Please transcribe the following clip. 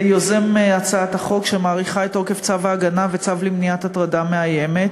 יוזם הצעת החוק שמאריכה את תוקף צו ההגנה והצו למניעת הטרדה מאיימת,